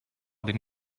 than